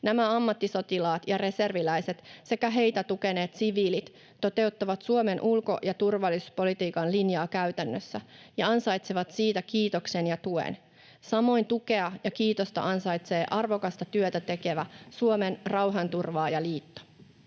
Nämä ammattisotilaat ja reserviläiset sekä heitä tukeneet siviilit toteuttavat Suomen ulko- ja turvallisuuspolitiikan linjaa käytännössä ja ansaitsevat siitä kiitoksen ja tuen. Samoin tukea ja kiitosta ansaitsee arvokasta työtä tekevä Suomen Rauhanturvaajaliitto.